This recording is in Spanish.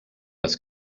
las